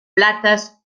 plates